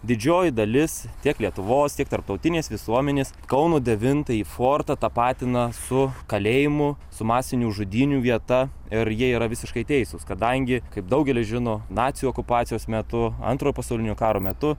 didžioji dalis tiek lietuvos tiek tarptautinės visuomenės kauno devintąjį fortą tapatina su kalėjimu su masinių žudynių vieta ir jie yra visiškai teisūs kadangi kaip daugelis žino nacių okupacijos metu antrojo pasaulinio karo metu